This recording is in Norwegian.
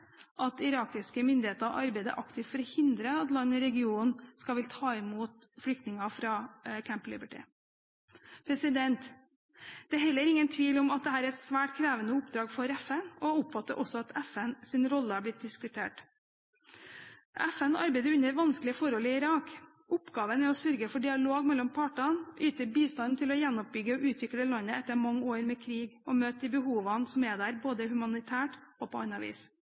at irakiske myndigheter arbeider aktivt for å hindre at land i regionen vil ta imot flyktninger fra Camp Liberty. Det er heller ingen tvil om at dette er et svært krevende oppdrag for FN, og jeg oppfatter også at FNs rolle har blitt diskutert. FN arbeider under vanskelige forhold i Irak. Oppgaven er å sørge for dialog mellom partene, yte bistand til å gjenoppbygge og utvikle landet etter mange år med krig og møte de behovene som er der, både humanitært og på annet vis.